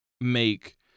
make